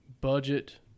budget